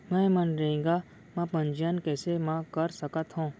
मैं मनरेगा म पंजीयन कैसे म कर सकत हो?